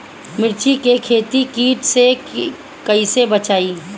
मिर्च के खेती कीट से कइसे बचाई?